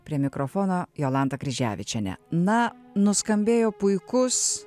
prie mikrofono jolanta kryževičienė na nuskambėjo puikus